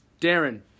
Darren